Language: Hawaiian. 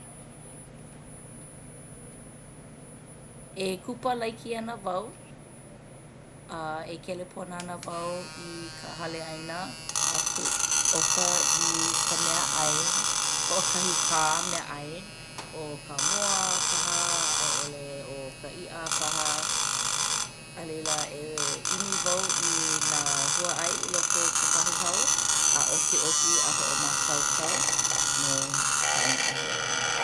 E kupa laiki ana wau. E kelepona ana wau i ka hale ʻaina o ʻoka i ka meaʻai hoʻokahi pā meaʻai ʻo ka moa paha a i ʻole ʻo ka iʻa paha. A laila e ʻimi wau i nā huaʻai i loko o ka pahuhau a ʻokiʻoki a hoʻomākaukau no ka ʻaina ahiahi.